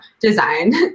design